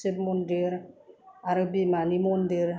शिब मन्दिर आरो बिमानि मन्दिर